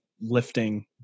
lifting